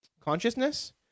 consciousness